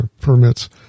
permits